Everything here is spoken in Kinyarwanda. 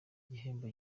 gihembo